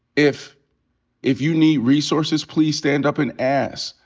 if if you need resources, please stand up and ask.